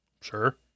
sure